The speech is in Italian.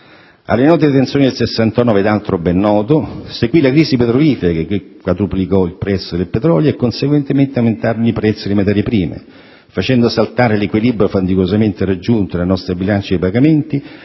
Alle note tensioni del 1969, e ad altro ben noto, seguì la crisi petrolifera che quadruplicò il prezzo del petrolio e conseguentemente aumentarono i prezzi delle materie prime, facendo saltare l'equilibrio faticosamente raggiunto nella nostra bilancia dei pagamenti